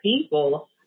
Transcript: people